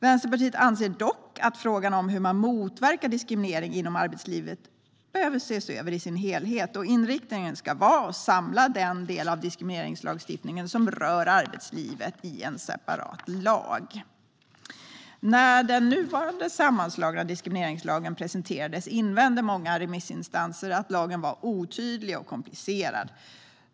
Vänsterpartiet anser dock att frågan om hur man motverkar diskriminering inom arbetslivet behöver ses över i sin helhet. Inriktningen ska vara att samla den del av diskrimineringslagstiftningen som rör arbetslivet i en separat lag. När den nuvarande sammanslagna diskrimineringslagen presenterades invände många remissinstanser mot att lagen var otydlig och komplicerad.